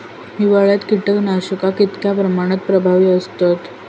हिवाळ्यात कीटकनाशका कीतक्या प्रमाणात प्रभावी असतत?